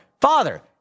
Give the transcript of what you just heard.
father